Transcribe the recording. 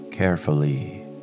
Carefully